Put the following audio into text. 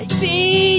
see